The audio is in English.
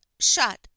shut